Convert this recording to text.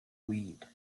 weed